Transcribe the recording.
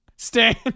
stand